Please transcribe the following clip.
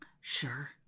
Sure